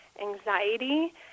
anxiety